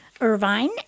Irvine